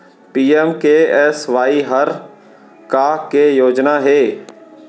PMKSY हर का के योजना हे?